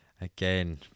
again